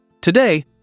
Today